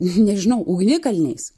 na nežinau ugnikalniais